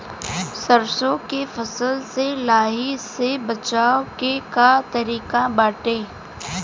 सरसो के फसल से लाही से बचाव के का तरीका बाटे?